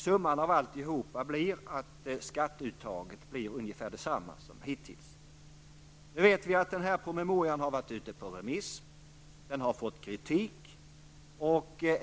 Summan av allt detta är att skatteuttaget blir ungefär detsamma som hittills. Denna promemoria har som bekant varit ute på remiss och kritiserats.